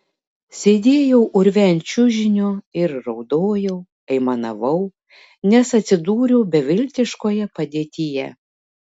sėdėjau urve ant čiužinio ir raudojau aimanavau nes atsidūriau beviltiškoje padėtyje